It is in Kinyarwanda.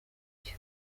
cyo